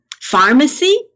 pharmacy